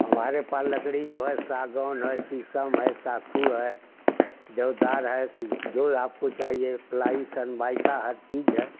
हमारे पास लकड़ी जो हैं सागौन है शीशम है साखू है देवदार है फिर जो आपको चाहिए प्लाई सनमाईका हर चीज है